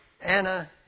Anna